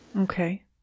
Okay